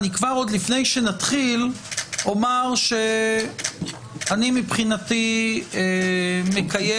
עוד לפני שנתחיל אני כבר אומר שמבחינתי אני מקיים